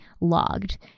logged